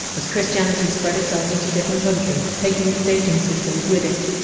as christianity spread itself into different countries, taking its dating systems with it.